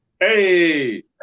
Hey